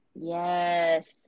Yes